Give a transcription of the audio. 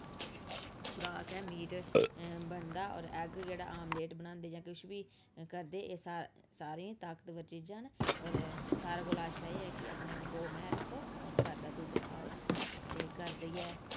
खुराक ऐ मीट बनदा ऐ होर ऐग्ग जेह्ड़ा आमलेट बनांदे जां किश बी करदे एह् सा सारियां ताकतबर चीजां न होर सारें कोला अच्छा एह् ऐ कि अपने इक गौ मैंह् रक्खो होर घर दा दुद्ध खाओ ते घर दी गै